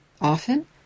Often